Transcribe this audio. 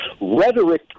Rhetoric